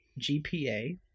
GPA